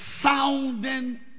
sounding